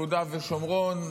יהודה ושומרון,